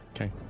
Okay